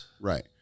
right